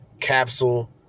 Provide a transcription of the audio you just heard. Capsule